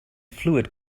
fluid